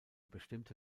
bestimmte